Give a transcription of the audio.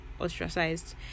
ostracized